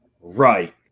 right